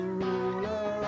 ruler